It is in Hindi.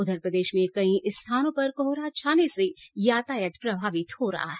उधर प्रदेश में कई स्थानों पर कोहरा छाने से यातायात प्रभावित हो रहा है